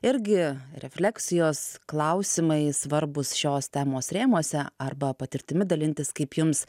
irgi refleksijos klausimai svarbūs šios temos rėmuose arba patirtimi dalintis kaip jums